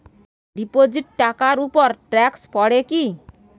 Deposit টাকার উপর tax পড়ে কি?